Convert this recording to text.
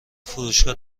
فروشگاه